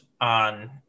on